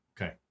Okay